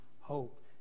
hope